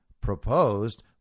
proposed